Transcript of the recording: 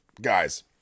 guys